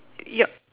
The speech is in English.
yup